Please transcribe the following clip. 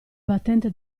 battente